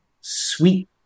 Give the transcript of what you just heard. sweet